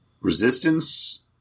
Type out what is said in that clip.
resistance